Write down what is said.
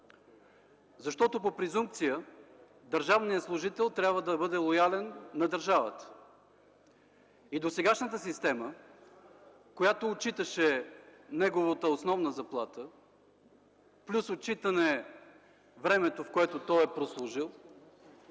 защото по презумпция държавният служител трябва да бъде лоялен към държавата. Досегашната система, която отчиташе неговата основна заплата, плюс отчитане на времето, което той е прослужил,